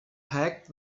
packed